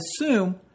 assume